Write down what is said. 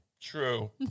True